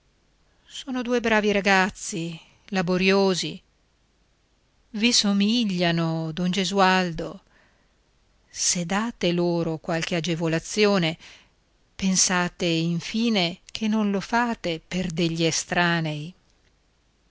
sono due bravi ragazzi laboriosi i somigliano don gesualdo se date loro qualche agevolazione pensate infine che non lo fate per degli estranei